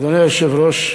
אדוני היושב-ראש,